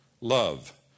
love